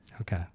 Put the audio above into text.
Okay